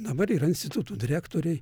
dabar yra institutų direktoriai